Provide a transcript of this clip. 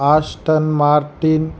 Aston Martin